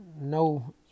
no